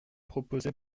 proposée